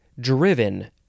driven